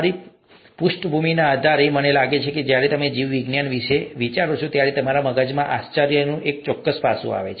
તમારી પૃષ્ઠભૂમિના આધારે મને લાગે છે કે જ્યારે તમે જીવવિજ્ઞાન વિશે વિચારો છો ત્યારે તમારા મગજમાં આશ્ચર્યનું એક ચોક્કસ પાસું આવે છે